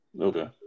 Okay